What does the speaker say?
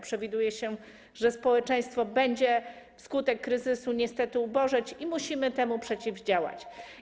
Przewiduje się, że społeczeństwo będzie na skutek kryzysu niestety ubożeć i musimy temu przeciwdziałać.